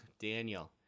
Daniel